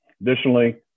Additionally